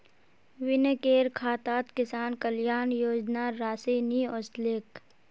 विनयकेर खातात किसान कल्याण योजनार राशि नि ओसलेक